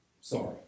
Sorry